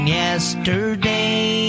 yesterday